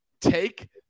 Take